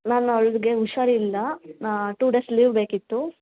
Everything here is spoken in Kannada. ಮ್ಯಾಮ್ ಅವ್ಳಿಗೆ ಹುಷಾರಿಲ್ಲ ಟೂ ಡೇಸ್ ಲೀವ್ ಬೇಕಿತ್ತು